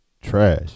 trash